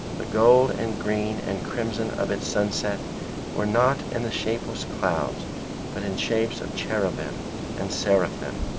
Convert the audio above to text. the gold and green and crimson of its sunset were not in the shapeless clouds but in shapes of cherubim and seraphim,